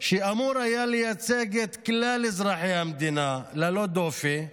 שאמור היה לייצג את כלל אזרחי המדינה ללא דופי,